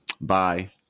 Bye